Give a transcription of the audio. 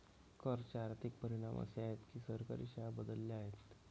कर चे आर्थिक परिणाम असे आहेत की सरकारी शाळा बदलल्या आहेत